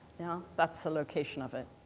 yeah? that's the location of it.